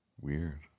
Weird